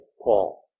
Paul